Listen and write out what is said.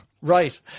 Right